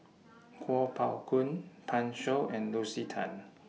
Kuo Pao Kun Pan Shou and Lucy Tan